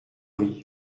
oui